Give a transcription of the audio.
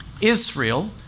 Israel